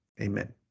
amen